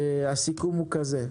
הסיכום הוא כזה: